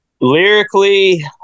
Lyrically